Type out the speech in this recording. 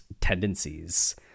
tendencies